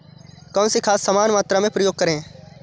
कौन सी खाद समान मात्रा में प्रयोग करें?